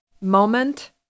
moment